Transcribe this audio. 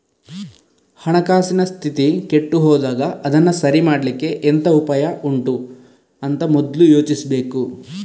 ಹಣಕಾಸಿನ ಸ್ಥಿತಿ ಕೆಟ್ಟು ಹೋದಾಗ ಅದನ್ನ ಸರಿ ಮಾಡ್ಲಿಕ್ಕೆ ಎಂತ ಉಪಾಯ ಉಂಟು ಅಂತ ಮೊದ್ಲು ಯೋಚಿಸ್ಬೇಕು